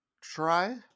try